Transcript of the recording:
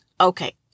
Okay